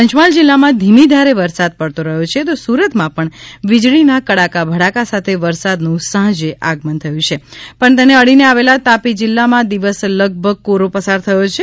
પંચમહાલ જિલ્લામાં ધીમી ધારે વરસાદ પડતો રહ્યો છે તો સુરતમાં પણ વીજળીના કડાકા ભડાકા સાથે વરસાદનું સાંજે આગમન થયું છે પણ તેને અડીને આવેલા તાપી જિલ્લામાં દિવસ લગભગ કોરો પસાર થયો છે